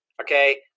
Okay